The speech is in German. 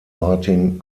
martin